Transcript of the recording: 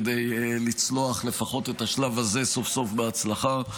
כדי לצלוח לפחות את השלב הזה סוף-סוף בהצלחה.